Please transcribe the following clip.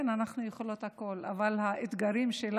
כן, אנחנו יכולות הכול, אבל האתגרים שלנו